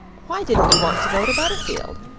why didn't you want to go to butterfield?